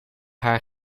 haar